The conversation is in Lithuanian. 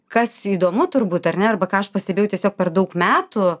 kas įdomu turbūt ar ne arba ką aš pastebėjau tiesiog per daug metų